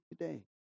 today